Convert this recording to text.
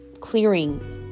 clearing